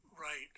Right